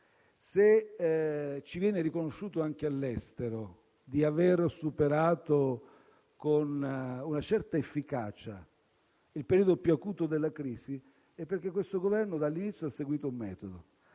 Se ci viene riconosciuto anche all'estero di avere superato con una certa efficacia il periodo più acuto della crisi, è perché questo Governo dall'inizio ha seguito un metodo.